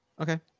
Okay